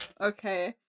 Okay